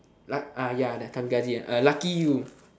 luck ah ya the one ah lucky you